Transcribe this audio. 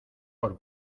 por